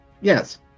Yes